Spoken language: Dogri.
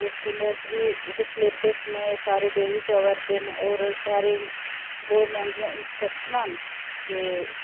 ते स्कूलें च बी जेह्के सलेबस न एह् सारे डोगरी च आवा'रदे न होर सारे गोरमैंट दियां इनसंट्रक्शनां न के